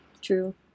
True